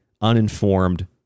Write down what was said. uninformed